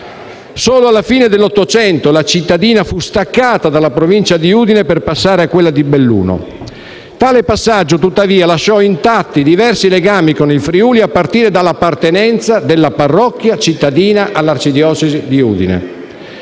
Solo alla fine dell'Ottocento la cittadina fu staccata dalla Provincia di Udine per passare a quella di Belluno. Tale passaggio, tuttavia, lasciò intatti diversi legami con il Friuli, a partire dall'appartenenza della parrocchia cittadina all'arcidiocesi di Udine.